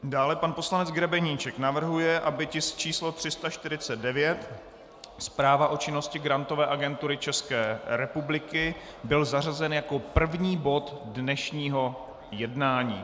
Dále pan poslanec Grebeníček navrhuje, aby tisk číslo 349, zpráva o činnosti Kontrolní rady Grantové agentury České republiky, byl zařazen jako první bod dnešního jednání.